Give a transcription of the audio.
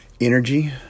Energy